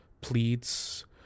pleads